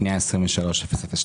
פנייה 23-002